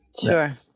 Sure